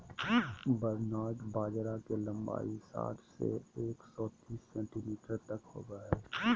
barnyard बाजरा के लंबाई साठ से एक सो तिस सेंटीमीटर तक होबा हइ